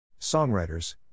songwriters